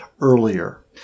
earlier